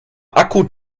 akku